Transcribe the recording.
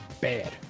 bad